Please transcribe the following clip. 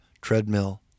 treadmill